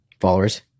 followers